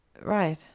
Right